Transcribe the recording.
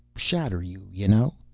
shatter you, you know.